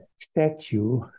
statue